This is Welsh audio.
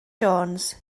jones